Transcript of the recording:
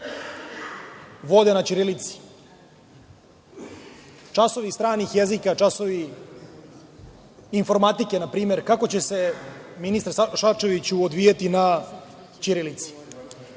vode na ćirilici. Časovi stranih jezika, časovi informatike, na primer, kako će, ministre Šarčeviću, odvijati na ćirilici? Da